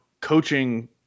coaching